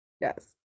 yes